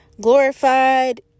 glorified